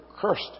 cursed